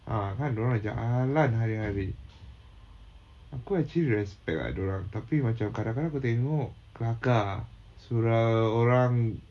ah kan dia orang jalan hari-hari aku actually respect ah dia orang tapi macam kadang-kadang aku tengok kelakar ah suruh orang